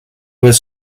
was